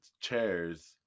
chairs